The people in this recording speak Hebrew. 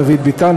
דוד ביטן,